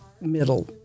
middle